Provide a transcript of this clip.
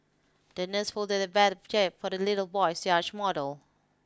the nurse folded a paper jib for the little boy's yacht model